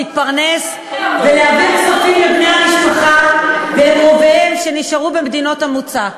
להתפרנס ולהעביר כספים לבני המשפחה ולקרוביהם שנשארו במדינות המוצא.